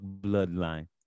bloodline